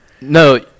No